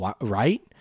right